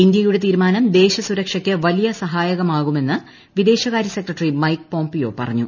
ഇന്ത്യയുടെ ത്രീരുമാനം ദേശസുരക്ഷയ്ക്ക് വലിയ സഹായമാകുമെന്ന് വ്വിദ്ദേശകാര്യ സെക്രട്ടറി മൈക്ക് പോംപിയോ പറഞ്ഞു